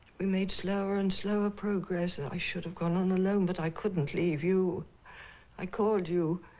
we made slower and slower progress. i should have gone on alone but i couldn't leave you i called you